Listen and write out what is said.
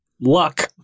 luck